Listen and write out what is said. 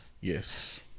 Yes